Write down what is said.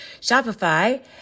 Shopify